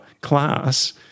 class